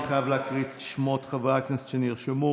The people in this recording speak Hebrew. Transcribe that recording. אני חייב להקריא את שמות חברי הכנסת שנרשמו: